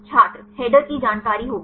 student header की जानकारी होगी